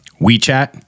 WeChat